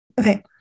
Okay